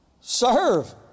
Serve